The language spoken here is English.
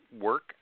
work